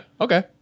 okay